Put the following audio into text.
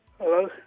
Hello